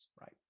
right